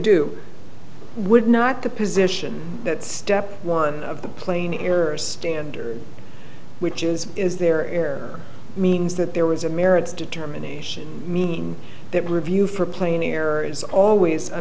do would not the position that step one of the plain errors standard which is is there means that there was a merits determination meaning that review for plain error is always a